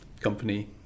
company